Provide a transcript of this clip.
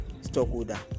stockholder